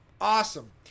Awesome